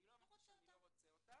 אני לא אמרתי שאני לא רוצה אותה.